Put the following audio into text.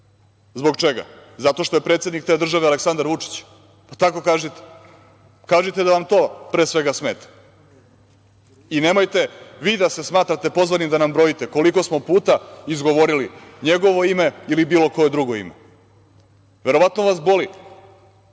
Zbog čega? Zato što je predsednik te države Aleksandar Vučić. Pa tako kažite. Kažite da vam to pre svega smeta. I nemojte vi da se smatrate pozvanim da nam brojite koliko smo puta izgovorili njegovo ime ili bilo koje drugo ime. Verovatno vas boli,